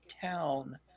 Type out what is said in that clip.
town